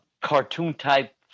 cartoon-type